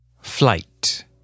Flight